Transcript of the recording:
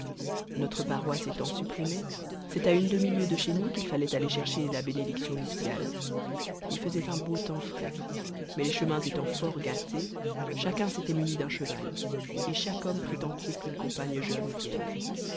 notre paroisse étant supprimée c'est à une demi-lieue de chez nous qu'il fallait aller chercher la bénédiction nuptiale il faisait un beau temps frais mais les chemins étant fort gâtés chacun s'était muni d'un cheval et chaque homme prit en croupe une compagne jeune ou vieille